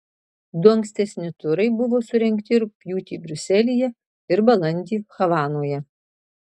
du ankstesni turai buvo surengti rugpjūtį briuselyje ir balandį havanoje